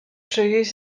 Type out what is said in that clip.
czyjeś